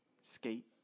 skate